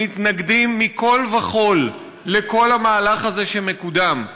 מתנגדים מכול וכול לכל המהלך הזה שמקודם.